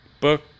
book